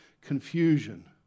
confusion